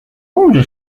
اونجا